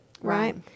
Right